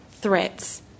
threats